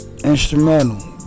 instrumental